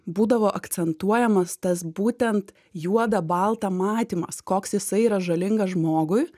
būdavo akcentuojamas tas būtent juoda balta matymas koks jisai yra žalingas žmogui